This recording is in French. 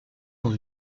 dans